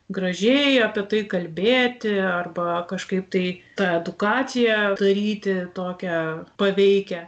gražiai apie tai kalbėti arba kažkaip tai tą edukaciją daryti tokią paveikią